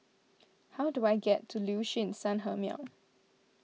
how do I get to Liuxun Sanhemiao